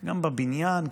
גם בבניין,